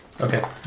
Okay